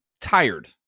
tired